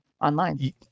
online